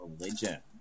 religion